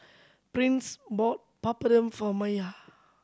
Prince bought Papadum for Maiya